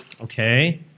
Okay